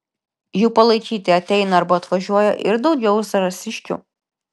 jų palaikyti ateina arba atvažiuoja ir daugiau zarasiškių